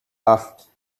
acht